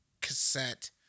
cassette